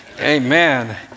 amen